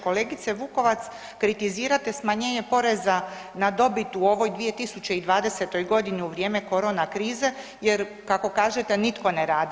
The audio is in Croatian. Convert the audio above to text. Kolegice Vukovac kritizirate smanjenje poreza na dobit u ovoj 2020. godini u vrijeme korona krize jer kako kažete nitko ne radi.